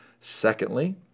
Secondly